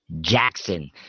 Jackson